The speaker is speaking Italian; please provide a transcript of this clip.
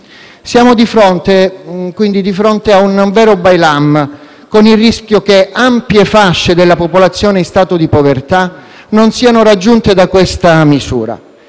Siamo di fronte a un vero bailamme, con il rischio che ampie fasce della popolazione in stato di povertà non siano raggiunte da questa misura.